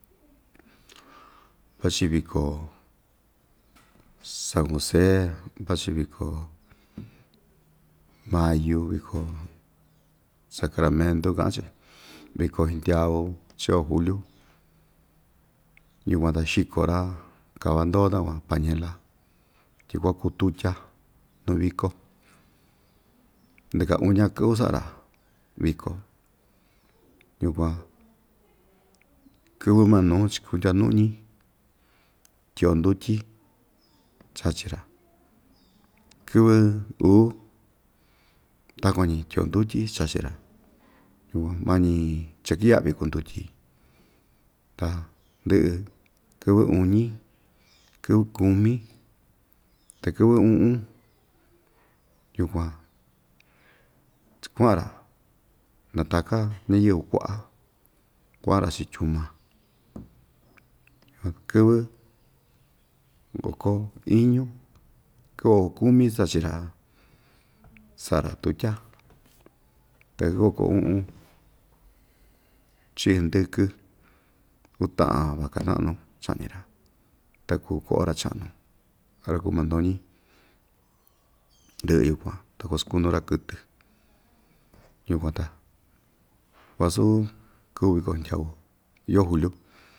Vachi viko saku see vachi viko mayu viko sacramentu kaꞌa‑chi viko xindyau chio juliu yukuan ta xiko‑ra kava ndoo takuan pañela tyi kua kuu tutya nuu viko ndɨka uña kɨvɨ saꞌa‑ra viko yukuan kɨvɨ manuu chikutya nuñi tyiꞌyo ndutyi chachi‑ra kɨvɨ uu takuan‑ñi tyiꞌyo ndutyi chachi‑ra mañi cha kiyaꞌavi kuu ndutyi ta ndɨꞌɨ kɨvɨ uñi kɨvɨ kumi ta kɨvɨ uꞌun yukuan cha kuaꞌan‑ra nataka ñayɨvɨ kuaꞌa kuaꞌan‑ra chiꞌin tyuma kɨvɨ oko iñu kɨvɨ oko kumi chachi‑ra saꞌa‑ra tutya ta kɨvɨ oko uꞌun chiꞌi ndɨkɨ uu taꞌan vaca naꞌnu chaꞌñi‑ra ta kuu koꞌo ra chaꞌñi ra kuu mandoñi ndɨꞌɨ yukuan ta kuasakunu‑ra kɨtɨ yukuan ta vasu kɨꞌvɨ viko xindyau yoo juliu.